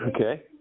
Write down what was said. Okay